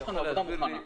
יש לנו מפה מוכנה.